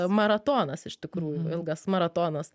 maratonas iš tikrųjų ilgas maratonas